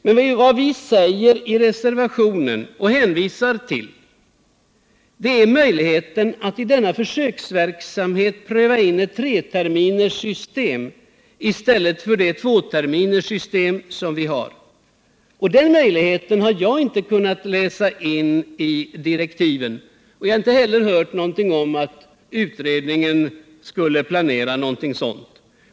Men vad vi gör i reservationen är att hänvisa till möjligheten att i denna försöksverksamhet pröva även ett treterminssystem i stället för det tvåterminssystem som vi har. Jag har inte kunnat läsa ut ur direktiven att man bett att få den möjligheten prövad. Jag har heller inte hört någonting om att utredningen skulle planera något sådant.